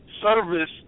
service